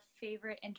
favorite